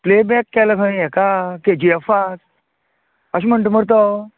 play back केला खंय येका केजीएफाक अशें म्हणटा मरे तो